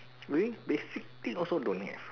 really basic thing also don't have